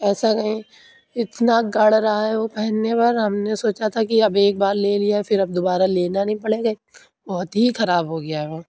ایسا کہیں اتنا گڑ رہا ہے وہ پہننے پر ہم نے سوچا تھا کہ اب ایک بار لے لیا پھر اب دوبارہ لینا نہیں پڑیں گے بہت ہی خراب ہو گیا ہے وہ